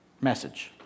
message